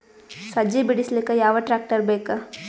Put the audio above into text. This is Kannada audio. ಸಜ್ಜಿ ಬಿಡಿಸಿಲಕ ಯಾವ ಟ್ರಾಕ್ಟರ್ ಬೇಕ?